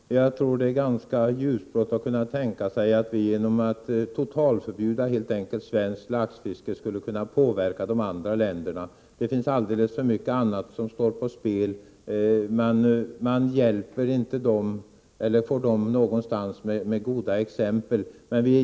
Herr talman! Jag tror att det är ganska ljusblått att tänka sig att vi genom att helt enkelt totalförbjuda svenskt laxfiske skulle kunna påverka de andra länderna. Man får inte dem att göra någonting genom goda exempel. Det finns alldeles för mycket annat som står på spel.